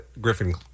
griffin